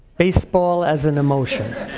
baseball as an emotion.